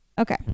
Okay